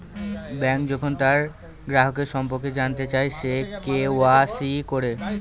bank যখন তার গ্রাহকের সম্পর্কে জানতে চায়, সে কে.ওয়া.ইসি করে